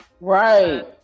Right